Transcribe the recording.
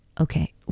Okay